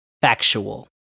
factual